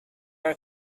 are